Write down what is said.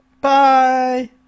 Bye